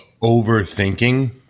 overthinking